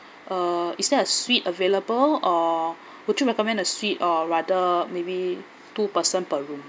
uh is there a suite available or would you recommend a suite or rather maybe two person per room